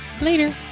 Later